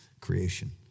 creation